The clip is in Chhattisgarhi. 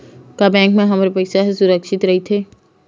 का बैंक म हमर पईसा ह सुरक्षित राइथे?